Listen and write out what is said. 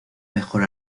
mejor